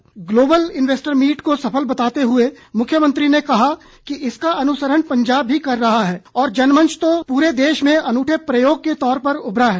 उन्होंने global investor meet को सफल बताते हुए कहा कि इसका अनुसरण पंजाब भी कर रहा है और जनमंच तो देश में अनूठे प्रयोग के तौर पर उभरा है